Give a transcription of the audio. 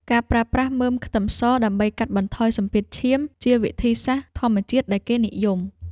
ការប្រើប្រាស់មើមខ្ទឹមសដើម្បីកាត់បន្ថយសម្ពាធឈាម ជាវិធីសាស្ត្រធម្មជាតិដែលគេនិយម។